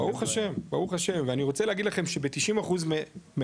ברוך השם ואני רוצה להגיד לכם שבתשעים אחוז מהזמן,